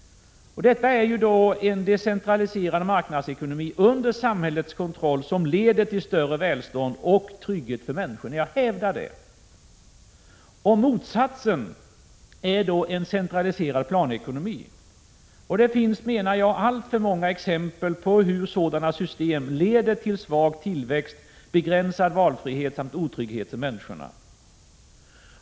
Detta är en decentraliserad marknadsekonomi under samhällets kontroll, som — det hävdar jag - leder till större välstånd och trygghet för människorna. Motsatsen är en centraliserad planekonomi. Det finns alltför många exempel på hur sådana system leder till svag tillväxt, begränsad valfrihet samt otrygghet för människorna.